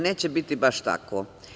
Neće biti baš tako.